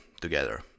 together